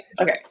Okay